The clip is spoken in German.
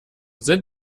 sind